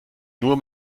nur